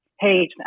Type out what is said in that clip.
Hey